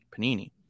Panini